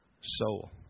soul